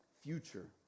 future